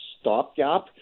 stopgap